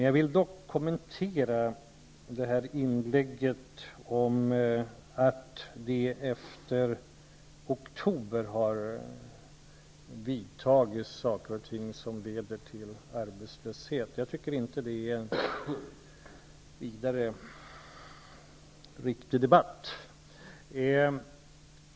Jag vill dock kommentera inlägget om att det är efter oktober som det har vidtagits saker och ting som har lett till arbetslöshet. Jag tycker inte det är någon vidare riktig debatt.